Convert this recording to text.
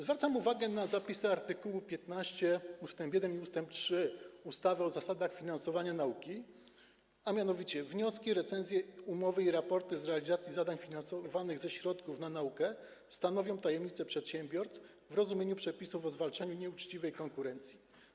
Zwracam uwagę na zapisy art. 15 ust. 1 i ust. 3 ustawy o zasadach finansowania nauki, a mianowicie: wnioski, recenzje, umowy i raporty z realizacji zadań finansowanych ze środków na naukę stanowią tajemnicę przedsiębiorstw w rozumieniu przepisów o zwalczaniu nieuczciwej konkurencji.